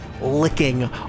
licking